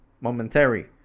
Momentary